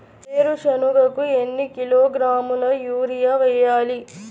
వేరుశనగకు ఎన్ని కిలోగ్రాముల యూరియా వేయాలి?